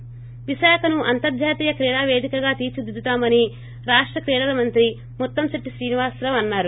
ి విశాఖను అంతర్జాతీ క్రీడాపేదికగా తీర్చిదిద్దుతామని రాష్ట క్రీడల మంత్రి ముత్తంశెట్టి శ్రీనివాసరావు అన్నారు